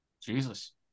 Jesus